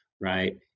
right